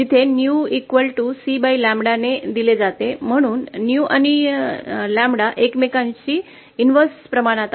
जिथे neu cƛ ने दिले जाते म्हणून neu आणि ƛ एकमेकांशी व्यस्त प्रमाणात असावेत